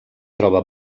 troba